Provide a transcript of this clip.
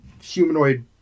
humanoid